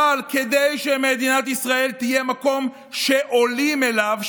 אבל כדי שמדינת ישראל תהיה מקום שעולים אליו,